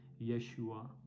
Yeshua